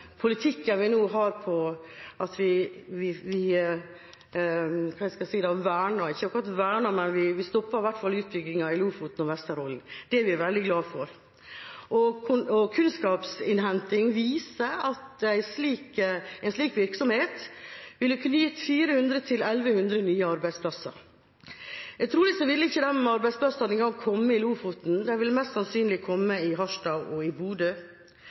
politikken vi nå har, for om vi ikke akkurat verner, så i hvert fall stopper vi utbyggingen i Lofoten og Vesterålen. Det er vi veldig glade for. Kunnskapsinnhenting viser at en slik virksomhet ville kunne gitt 400–1 100 nye arbeidsplasser. Trolig ville ikke de arbeidsplassene engang kommet i Lofoten, de ville mest sannsynlig kommet i Harstad og i Bodø.